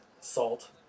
salt